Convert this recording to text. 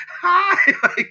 hi